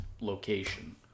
location